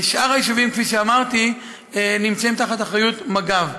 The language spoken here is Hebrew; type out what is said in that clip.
שאר היישובים, כפי שאמרתי, נמצאים באחריות מג"ב.